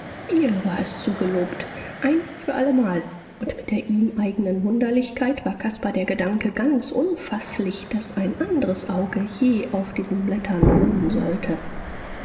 ihr war es zugelobt ein für allemal und mit der ihm eignen wunderlichkeit war caspar der gedanke ganz unfaßlich daß ein andres auge je auf diesen blättern ruhen sollte